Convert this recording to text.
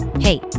Hey